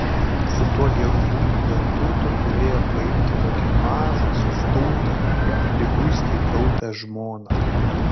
su tuo geru ūkiu dėl turto turėjo paimti tokią mažą sustumtą liguistai taupią žmoną